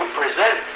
present